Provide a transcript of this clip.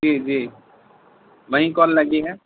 جی جی وہیں کون لگی ہے